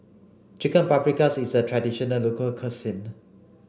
chicken Paprikas is a traditional local cuisine